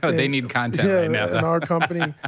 so they need content. no. and our company,